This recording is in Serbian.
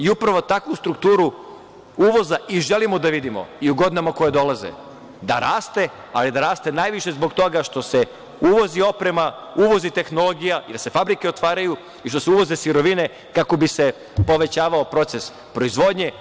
Upravo takvu strukturu uvoza i želimo da vidimo i u godinama koje dolaze da raste, ali da raste najviše zbog toga što se uvozi oprema, uvozi tehnologija i da se fabrike otvaraju i što se uvoze sirovine kako bi se povećavao proces proizvodnje.